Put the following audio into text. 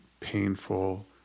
painful